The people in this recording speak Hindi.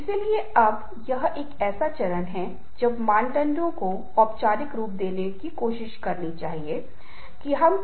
इसलिए अब आप जानते हैं कि ऐसा क्या होता है कि आम तौर पर लोगों को दूसरों की सराहना करना बहुत मुश्किल लगता है